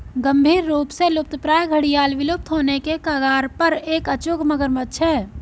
गंभीर रूप से लुप्तप्राय घड़ियाल विलुप्त होने के कगार पर एक अचूक मगरमच्छ है